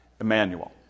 Emmanuel